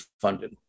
funded